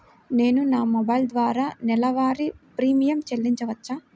నేను నా మొబైల్ ద్వారా నెలవారీ ప్రీమియం చెల్లించవచ్చా?